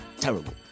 Terrible